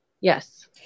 Yes